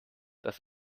das